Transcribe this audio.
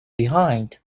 behind